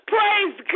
Praise